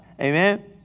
amen